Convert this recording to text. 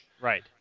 Right